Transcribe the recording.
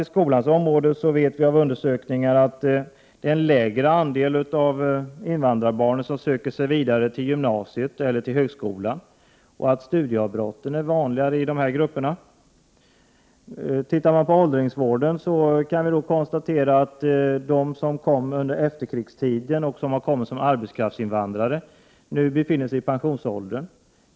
På skolans område har det genom undersökningar framkommit att en mindre andel av invandrarbarnen än svenska barn söker sig vidare till gymnasiet och till högskolan. Studieavbrotten är också vanligare i denna grupp. När det gäller åldringsvården kan man konstatera att de invandrare som kom till Sverige under efterkrigstiden som arbetskraftsinvandrare nu befinner sig i pensionsåldern.